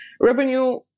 Revenue